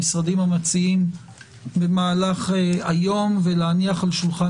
עם המשרדים המציעים במהלך היום ולהניח על שולחן